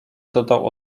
dodał